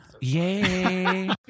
Yay